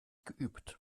geübt